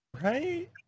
Right